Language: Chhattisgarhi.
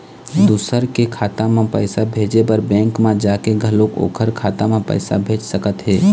दूसर के खाता म पइसा भेजे बर बेंक म जाके घलोक ओखर खाता म पइसा भेज सकत हे